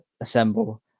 assemble